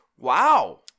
Wow